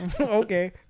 Okay